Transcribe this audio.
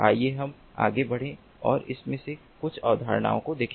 आइए हम आगे बढ़ें और इनमें से कुछ अवधारणाओं को देखें